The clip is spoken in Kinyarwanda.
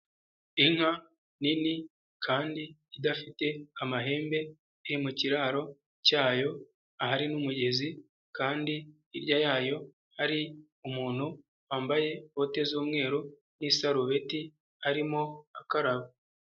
Inka nini kandi idafite amahembe iri mu kiraro cyayo, ahari n'umugezi kandi hirya yayo hari umuntu wambaye bote z'umweru n'isarubeti arimo akaraba.